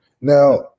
Now